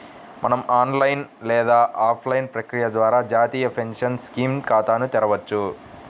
మనం ఆన్లైన్ లేదా ఆఫ్లైన్ ప్రక్రియ ద్వారా జాతీయ పెన్షన్ స్కీమ్ ఖాతాను తెరవొచ్చు